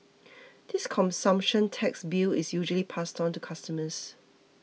this consumption tax bill is usually passed on to customers